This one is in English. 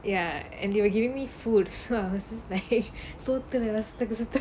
ya and they were giving me food so I was just like சோத்துல விஷத்தை:sothula vishatha